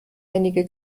einige